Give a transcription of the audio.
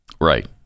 Right